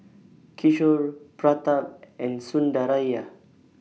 Kishore Pratap and Sundaraiah